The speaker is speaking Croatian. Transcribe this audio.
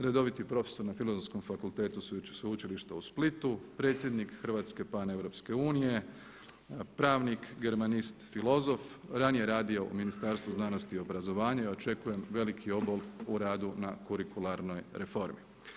Redoviti profesor na Filozofskom fakultetu Sveučilišta u Splitu, predsjednik Hrvatske Paneuropske unije, pravnik, germanist, filozof, ranije radio u Ministarstvu znanosti i obrazovanja i očekujem veliki obol u radu na kurikularnoj reformi.